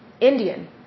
Indian